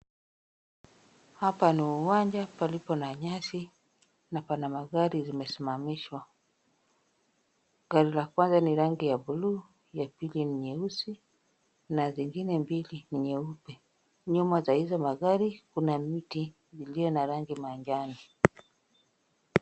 Hapa ni uwanja palipo na nyasi na pana magari zimesimamishwa. Gari la kwanza ni rangi ya buluu , ya pili ni nyeusi na zingine mbili ni nyeupe. Nyuma za hizo magari kuna mti iliyo na rangi manjano.